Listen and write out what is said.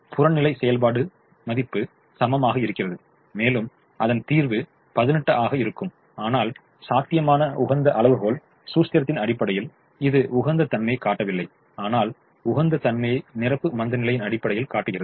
புறநிலை செயல்பாடு மதிப்பு சமமாக இருக்கிறது மேலும் அதன் தீர்வு 18 ஆக இருக்கும் ஆனால் சாத்தியமான உகந்த அளவுகோல் சூஸ்திரத்தின் அடிப்படையில் இது உகந்த தன்மையைக் காட்டவில்லை ஆனால் உகந்த தன்மையைக் நிரப்பு மந்தநிலையின் அடிப்படையில் காட்டுகிறது